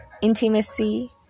intimacy